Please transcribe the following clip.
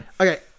okay